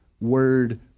word